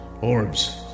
orbs